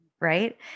Right